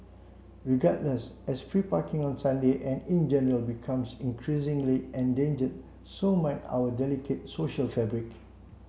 regardless as free parking on Sunday and in general becomes increasingly endangered so might our delicate social fabric